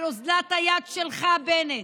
על אוזלת היד שלך, בנט.